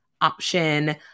option